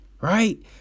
right